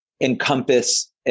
encompass